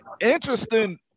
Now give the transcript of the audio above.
Interesting